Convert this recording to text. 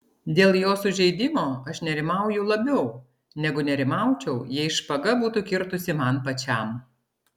dėl jo sužeidimo aš nerimauju labiau negu nerimaučiau jei špaga būtų kirtusi man pačiam